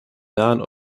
nahen